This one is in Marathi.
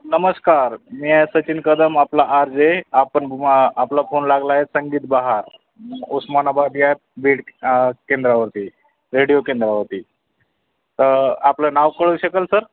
नमस्कार मी आहे सचिन कदम आपला आर जे आपण आपला फोन लागला आहे संगीत बहार उस्मानाबाद या बीड केंद्रावरती रेडिओ केंद्रावरती तर आपलं नाव कळू शकेल सर